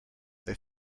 they